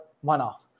one-off